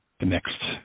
next